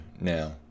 now